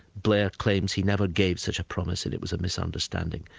blair claims he never gave such a promise and it was a misunderstanding.